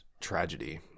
Tragedy